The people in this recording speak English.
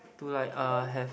to like uh have